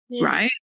right